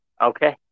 okay